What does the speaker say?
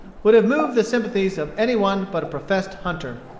would have moved the sympathies of any one but a professed hunter.